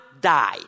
die